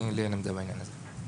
לי אין עמדה בעניין הזה.